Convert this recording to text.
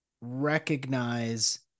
recognize